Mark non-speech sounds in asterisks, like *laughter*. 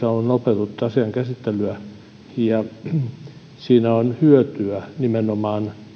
*unintelligible* on nopeutettu asian käsittelyä siitä on hyötyä nimenomaan